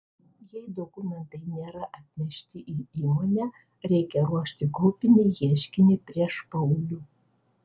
jei dokumentai nėra atnešti į įmonę reikia ruošti grupinį ieškinį prieš paulių